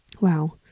wow